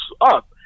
up